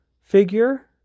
figure